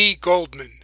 Goldman